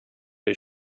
his